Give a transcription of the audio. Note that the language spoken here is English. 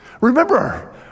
Remember